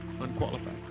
Unqualified